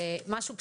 זה משהו בסיסי.